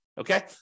okay